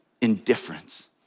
indifference